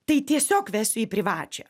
tai tiesiog vesiu į privačią